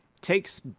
takes